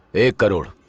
a good girl.